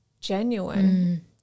genuine